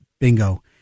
Bingo